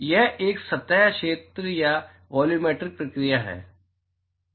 यह एक सतह क्षेत्र या एक वॉल्यूमेट्रिक प्रक्रिया है